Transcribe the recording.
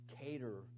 cater